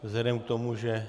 Vzhledem k tomu, že...